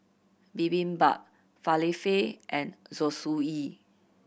Bibimbap Falafel and Zosui